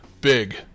big